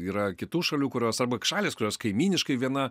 yra kitų šalių kurios arba šalys kurios kaimyniškai viena